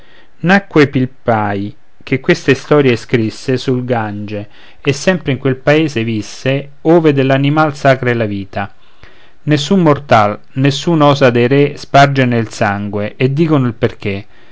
bosco nacque pilpay che questa istoria scrisse sul gange e sempre in quel paese visse ove dell'animal sacra è la vita nessun mortal nessun osa dei re spargerne il sangue e dicono il perché